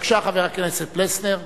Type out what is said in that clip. בבקשה, חבר הכנסת פלסנר.